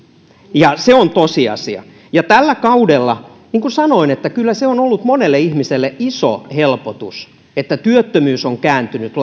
ja se on tosiasia tällä kaudella niin kuin sanoin kyllä se on ollut monelle ihmiselle iso helpotus että työttömyys on kääntynyt